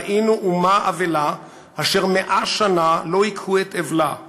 ראינו אומה אבלה אשר 100 שנה לא הקהו את אבלה,